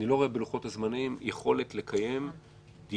אני לא רואה בלוחות הזמנים יכולת לקיים דיון